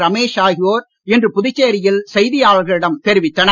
ரமேஷ் ஆகியோர் இன்று புதுச்சேரியில் செய்தியாளர்களிடம் தெரிவித்தனர்